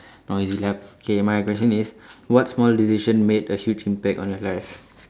noisy ah okay my question is what small decision made a huge impact on your life